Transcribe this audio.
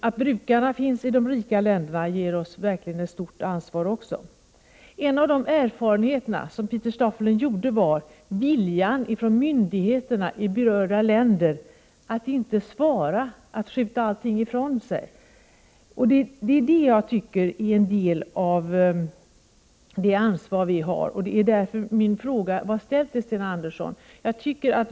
Att brukarna finns i de rika länderna ger oss verkligen också ett stort ansvar. En av de erfarenheter som Pieter Stoffelen gjorde var att det saknades vilja hos myndigheterna i berörda länder. De ville inte svara utan sköt allting ifrån sig. Detta tycker jag är en del av det ansvar som vi har. Därför ställde jag min fråga till Sten Andersson.